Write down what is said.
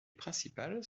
principales